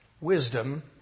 wisdom